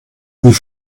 wie